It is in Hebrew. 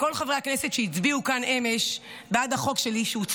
לכל חברי הכנסת שהצביעו כאן אמש בעד החוק שלי,